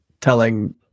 telling